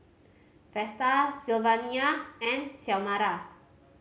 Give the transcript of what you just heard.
Vesta Sylvania and Xiomara